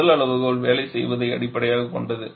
முதல் அளவுகோல் வேலை செய்வதை அடிப்படையாகக் கொண்டது